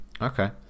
Okay